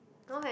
okay